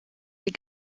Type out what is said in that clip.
des